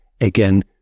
again